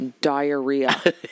diarrhea